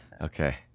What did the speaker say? Okay